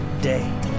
day